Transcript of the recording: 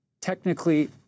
technically